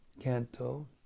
canto